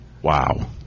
Wow